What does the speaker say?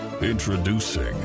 Introducing